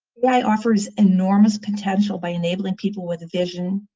yeah ai offers enormous potential by enabling people with vision,